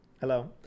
Hello